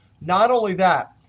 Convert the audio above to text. not only that,